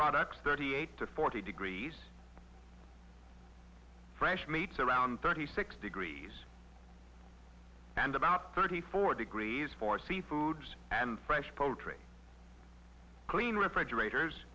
products thirty eight to forty degrees fresh meats around thirty six degrees and about thirty four degrees for sea foods and fresh poetry clean refrigerators